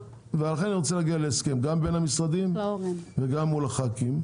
לכן אני רוצה להגיע להסדר גם מול המשרדים וגם מול הח"כים,